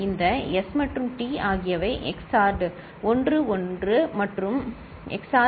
இந்த S மற்றும் T ஆகியவை XORed 1 மற்றும் 1 XORed ஆகும்